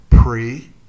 pre-